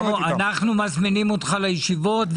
אנחנו מזמינים אותך לישיבות,